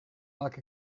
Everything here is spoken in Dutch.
maak